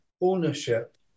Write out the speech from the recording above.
ownership